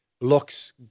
looks